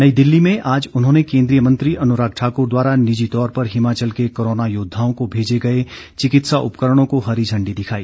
नई दिल्ली में आज उन्होंने केन्द्रीय मंत्री अनुराग ठाकुर द्वारा निजी तौर पर हिमाचल के कोरोना योद्वाओं को भेजे गए चिकित्सा उपकरणों को हरी झण्डी दिखाई